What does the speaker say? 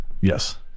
Yes